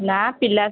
ନା ପିଲା